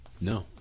No